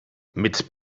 mit